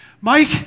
Mike